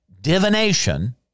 Divination